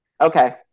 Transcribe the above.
okay